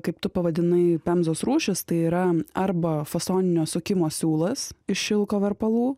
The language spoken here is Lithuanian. kaip tu pavadinai pemzos rūšis tai yra arba fasoninio sukimo siūlas iš šilko verpalų